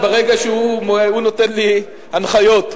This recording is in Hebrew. והוא נותן לי הנחיות.